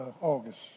August